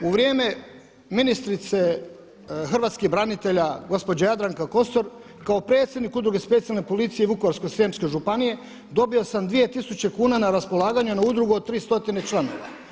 U vrijeme ministrice hrvatskih branitelja gospođe Jadranke Kosor kao predsjednik Udruge Specijalne policije Vukovarsko-srijemske županije dobio sam dvije tisuće kuna na raspolaganje na udrugu od 3 stotine članova.